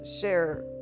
share